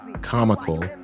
comical